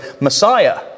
Messiah